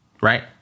right